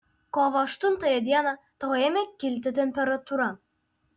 kovo aštuntąją dieną tau ėmė kilti temperatūra